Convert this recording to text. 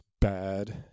bad